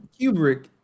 Kubrick